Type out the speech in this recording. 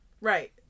Right